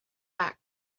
back